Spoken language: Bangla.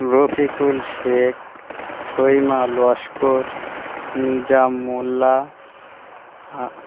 রফিকুল শেখ রহিমা লস্কর নিজাম মোল্লা